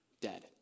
dead